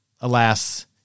alas –